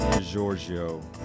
Giorgio